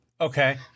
Okay